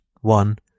One